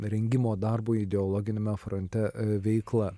rengimo darbui ideologiniame fronte veikla